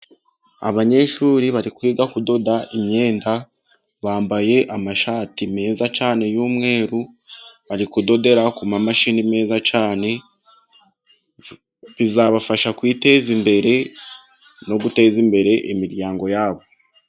Abanyeshuri bari kwiga kudoda imyenda, bambaye amashati meza cyane y'umweru. Bari kudodera ku mashini nziza cyane, bizabafasha kwiteza imbere no guteza imbere imiryango yabo.